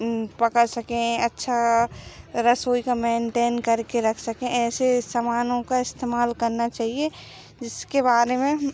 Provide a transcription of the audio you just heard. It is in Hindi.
पका सकें अच्छा रसोई का मैन्टैन करके रख सकें ऐसे समानों का इस्तेमाल करना चाहिए जिसके बारे में